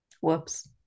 whoops